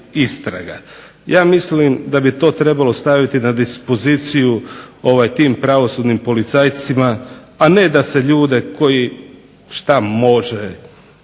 Ja mislim da bi to trebalo staviti na dispoziciju tim pravosudnim policajcima a ne da se ljude koji što može